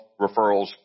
referrals